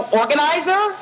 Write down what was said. organizer